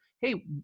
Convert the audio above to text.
Hey